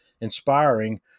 inspiring